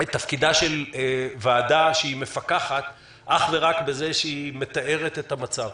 את תפקידה של ועדה מפקחת אך ורק בתיאור המצב.